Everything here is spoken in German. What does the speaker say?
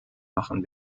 machen